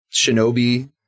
Shinobi